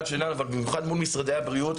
שלנו אבל במיוחד מול משרדי הבריאות,